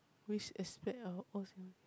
which aspect of old Singapore